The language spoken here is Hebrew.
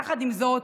עם זאת,